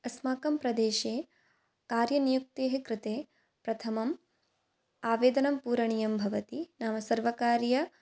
अस्माकं प्रदेशे कार्यनियुक्तेः कृते प्रथमम् आवेदनं पूरणीयं भवति नाम सर्वकारीय